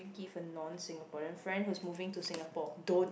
give a non Singaporean friend who is moving to Singapore don't